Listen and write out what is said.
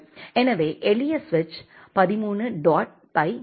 எனவே எளிய சுவிட்ச் 13 டாட் பை சரி